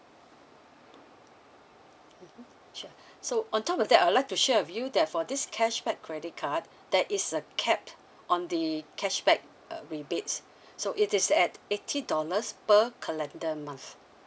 mmhmm sure so on top of that I would like to share with you that for this cashback credit card that is a capped on the cashback uh rebates so it is at eighty dollars per calendar month